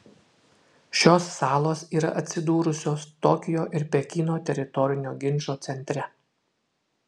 šios salos yra atsidūrusios tokijo ir pekino teritorinio ginčo centre